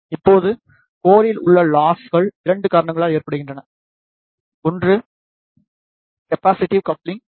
இப்போது கோரில் உள்ள லாஸ்கள் 2 காரணங்களால் ஏற்படுகின்றன ஒன்று கெப்பாசிடிவ் கப்ளிங்